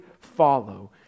follow